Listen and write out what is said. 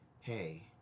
Hey